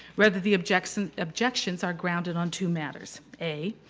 rather the objections objections are grounded on two matters. a,